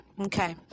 Okay